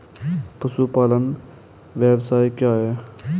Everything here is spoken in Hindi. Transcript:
पशुपालन व्यवसाय क्या है?